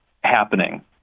happening